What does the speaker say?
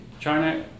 China